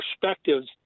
perspectives